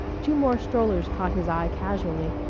two more strollers caught his eye casually,